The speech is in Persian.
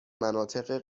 مناطق